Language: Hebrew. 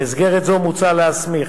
במסגרת זו מוצע להסמיך